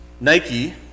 Nike